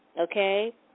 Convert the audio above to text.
okay